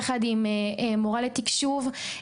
יחד עם מורה לתקשוב,